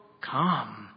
come